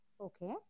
Okay